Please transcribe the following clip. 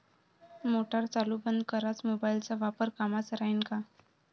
Motor चालू बंद कराच मोबाईलचा वापर कामाचा राहीन का?